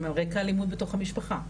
הם על רקע אלימות בתוך המשפחה.